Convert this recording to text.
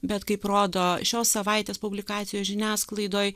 bet kaip rodo šios savaitės publikacijos žiniasklaidoj